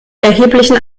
erheblichen